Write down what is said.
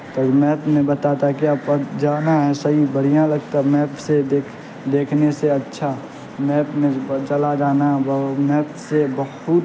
تب میپ نے بتاتا کیا کب جانا ہے صحیح بڑھیاں لگتا میپ سے دیکھ دیکھنے سے اچھا میپ میں چلا جانا میپ سے بحت